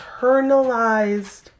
internalized